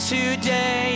Today